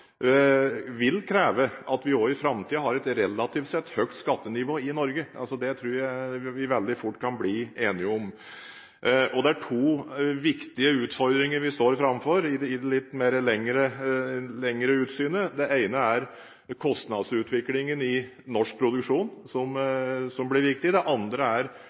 et relativt sett høyt skattenivå i Norge. Det tror jeg vi veldig fort kan bli enige om. Det er to viktige utfordringer vi står framfor i det litt lengre utsynet. Det ene er at kostnadsutviklingen i norsk produksjon blir viktig. Det andre er